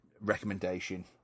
recommendation